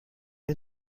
این